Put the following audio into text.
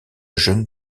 jeunes